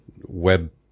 web